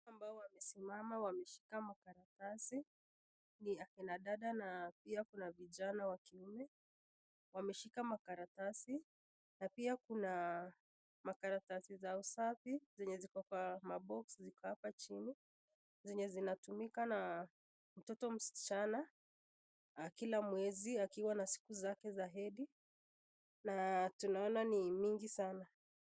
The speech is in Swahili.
Ambao wamesimama wameshika makaratasi, ni akina dada, na pia kuna vijana wa kiume. Wameshika makaratasi, na pia kuna makaratasi za usafi, zenye ziko kwa mabox ziko hapa chini, zenye zinatumika na mtoto msichana na kila mwezi akiwa na siku zake za hedhi na tunaona ni mingi sana.